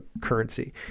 currency